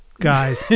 guys